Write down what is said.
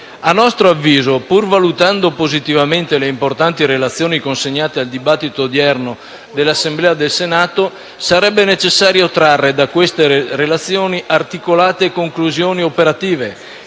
A nostro avviso, pur valutando positivamente le importanti relazioni consegnate al dibattito odierno dell'Assemblea del Senato, sarebbe necessario trarre da esse articolate conclusioni operative